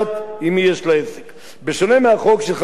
בשונה מהחוק של חבר הכנסת ביבי ממפלגת קדימה,